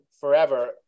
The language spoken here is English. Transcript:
forever